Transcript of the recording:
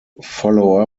follow